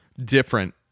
Different